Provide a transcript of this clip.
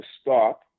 stop